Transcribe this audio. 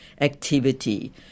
activity